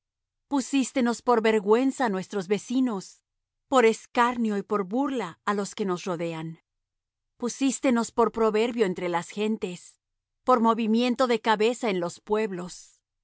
precios pusístenos por vergüenza á nuestros vecinos por escarnio y por burla á los que nos rodean pusístenos por proverbio entre las gentes por movimiento de cabeza en los pueblos